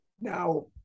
Now-